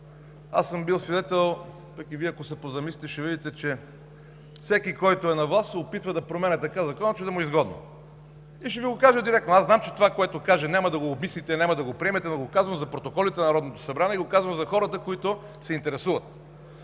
Аз съм бил свидетел, а и Вие, ако се позамислите, ще видите, че всеки на власт се опитва да променя така закона, че да му е изгодно. Ще го кажа директно. Зная, че това, което кажа, няма да го обмислите и приемете, но го казвам за протоколите на Народното събрание и за хората, които се интересуват.